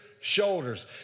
shoulders